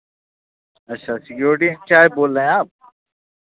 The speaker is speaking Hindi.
अच्छा सिक्योरिटी इंचार्ज बोल रहे हैं आप